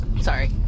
Sorry